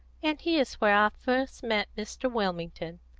and here's where i first met mr. wilmington.